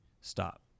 stop